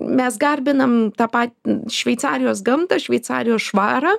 mes garbinae tą patį šveicarijos gamtą šveicarijos švarą